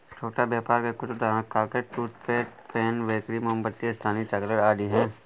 छोटा व्यापर के कुछ उदाहरण कागज, टूथपिक, पेन, बेकरी, मोमबत्ती, स्थानीय चॉकलेट आदि हैं